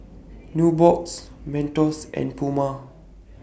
Nubox Mentos and Puma